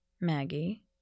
Maggie